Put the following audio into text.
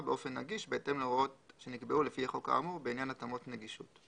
באופן נגיש בהתאם להוראות שנקבעו לפי החוק האמור בעניין התאמות נגישות.